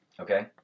Okay